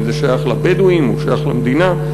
אם זה שייך לבדואים או שייך למדינה.